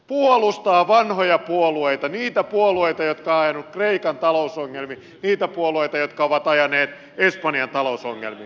puolustaa vanhoja puolueita niitä puolueita jotka ovat ajaneet kreikan talousongelmiin ja niitä puolueita jotka ovat ajaneet espanjan talousongelmiin